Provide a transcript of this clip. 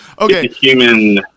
Okay